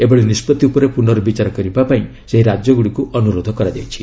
ଏଭଳି ନିଷ୍ପଭି ଉପରେ ପୁନର୍ବିଚାର କରିବା ପାଇଁ ସେହି ରାଜ୍ୟଗୁଡ଼ିକୁ ଅନୁରୋଧ କରାଯାଇଛି